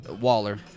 Waller